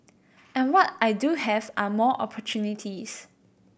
and what I do have are more opportunities